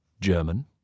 German